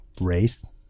race